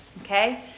okay